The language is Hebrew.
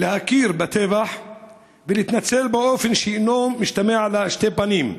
להכיר בטבח ולהתנצל באופן שאינו משתמע לשתי פנים.